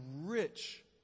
rich